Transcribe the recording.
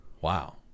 wow